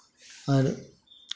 और